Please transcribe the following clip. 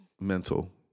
Mental